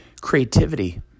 creativity